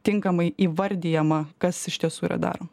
tinkamai įvardijama kas iš tiesų yra daroma